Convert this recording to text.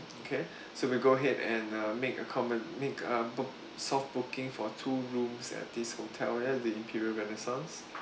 okay so we'll go ahead and uh make a common make uh book~ soft booking for two rooms at this hotel at the imperial renaissance